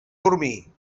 dormir